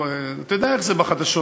אתה יודע איך זה בחדשות,